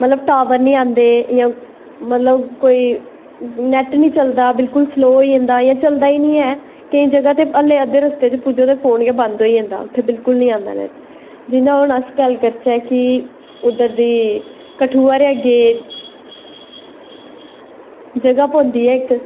मतलव टॉवर नी आंदे जां कोई नैट नी चलदा बिल्कुल स्लोह् होई जंदा जां चलदा गै नी ऐ केंई जगह ते हालें अध्दे रस्ते च पुज्जो ते फोन गै बंद होई जंदा ऐ उत्थें बिल्कुल नी आंदा नैट जियां हून अगर अस गल्ल करचै कि उध्दर दी कठुऐ गे जगह् औंदी ऐ इक